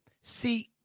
See